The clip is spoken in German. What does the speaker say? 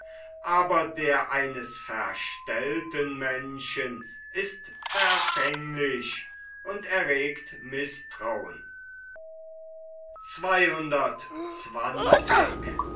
aber der eines verstellten menschen ist verfänglich und erregt mißtrauen